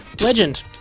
legend